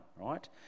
right